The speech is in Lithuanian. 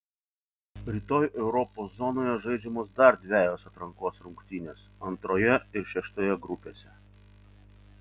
rytoj europos zonoje žaidžiamos dar dvejos atrankos rungtynės antroje ir šeštoje grupėse